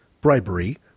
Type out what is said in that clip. bribery